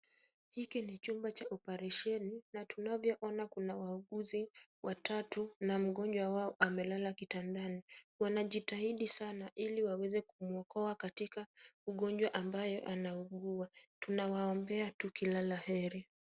Hiki ni chumba cha operesheni na tunavyoona kuna wauguzi watatu na mgonjwa wao amelala kitandani. Wanajitahidi sana ili waweze kumwokoa katika ugonjwa ambayo anaugua. Tunawaombea tukilala heri.